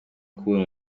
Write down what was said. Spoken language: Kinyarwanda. kubura